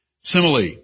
Simile